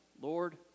Lord